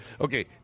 Okay